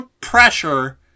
pressure